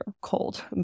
cold